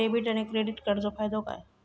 Debit आणि credit कार्डचो फायदो काय?